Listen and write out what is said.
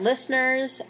listeners